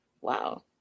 wow